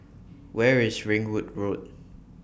Where IS Ringwood Road